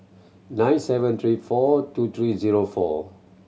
nine seven three four two three zero four